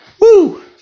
woo